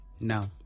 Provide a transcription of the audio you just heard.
No